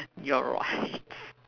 you are right